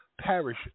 parish